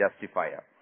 justifier